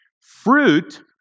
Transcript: Fruit